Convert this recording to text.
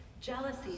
jealousy